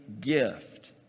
gift